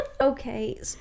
Okay